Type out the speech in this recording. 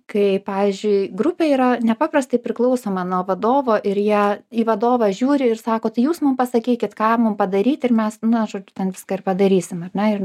kai pavyzdžiui grupė yra nepaprastai priklausoma nuo vadovo ir ją į vadovą žiūri ir sako tai jūs man pasakykit ką mum padaryt ir mes na žodž ten viską padarysim ar ne ir